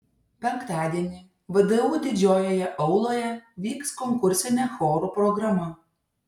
penktadienį vdu didžiojoje auloje vyks konkursinė chorų programa